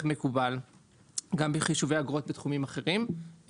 מקובלת בחישובי האגרות גם בתחומים האחרים,